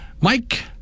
Mike